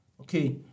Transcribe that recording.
Okay